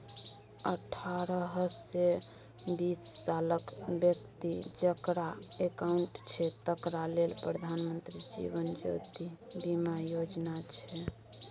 अठारहसँ बीस सालक बेकती जकरा अकाउंट छै तकरा लेल प्रधानमंत्री जीबन ज्योती बीमा योजना छै